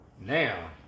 Now